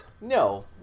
No